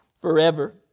forever